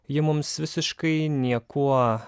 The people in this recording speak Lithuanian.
ji mums visiškai niekuo